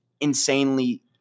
insanely